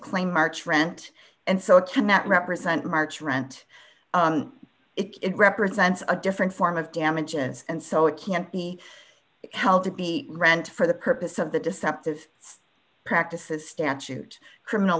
claim march rent and so it cannot represent march rent it represents a different form of damages and so it can't be held to be rent for the purpose of the deceptive practices statute criminal